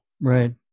Right